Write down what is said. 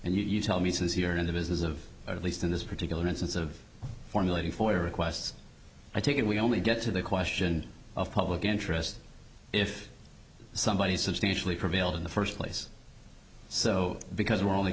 d you tell me says here in the business of at least in this particular instance of formulating forty requests i take it we only get to the question of public interest if somebody substantially prevailed in the first place so because we're only